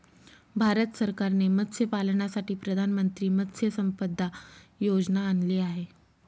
भारत सरकारने मत्स्यपालनासाठी प्रधानमंत्री मत्स्य संपदा योजना आणली आहे